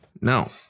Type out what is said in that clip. No